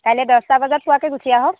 কাইলৈ দহটা বজাত পোৱাকৈ গুচি আহক